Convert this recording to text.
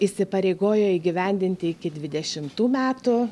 įsipareigojo įgyvendinti iki dvidešimtų metų